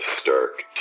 stark